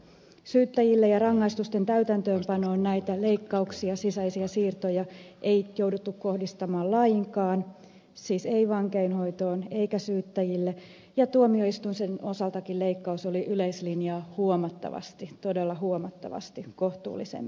syyttäjille ja rangaistusten täytäntöönpanoon näitä leikkauksia sisäisiä siirtoja ei jouduttu kohdistamaan lainkaan siis ei vankeinhoitoon eikä syyttäjille ja tuomioistuinten osaltakin leikkaus oli yleislinjaa huomattavasti todella huomattavasti kohtuullisempi